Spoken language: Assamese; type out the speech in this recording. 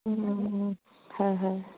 অঁ অঁ হয় হয়